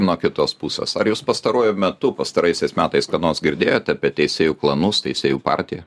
nuo kitos pusės ar jūs pastaruoju metu pastaraisiais metais ką nors girdėjote apie teisėjų klanus teisėjų partiją